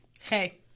Hey